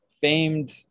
famed